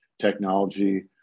technology